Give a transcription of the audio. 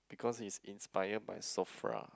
because is inspired by Sofra